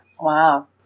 Wow